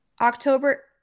October